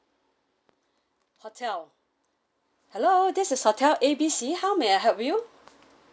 hotel hello this is hotel A B C how may I help you